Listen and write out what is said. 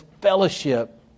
fellowship